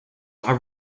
are